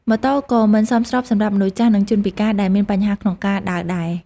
ម៉ូតូក៏មិនសមស្របសម្រាប់មនុស្សចាស់ និងជនពិការដែលមានបញ្ហាក្នុងការដើរដែរ។